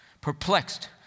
Perplexed